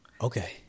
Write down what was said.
Okay